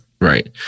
right